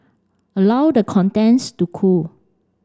allow the contents to cool